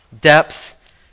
depth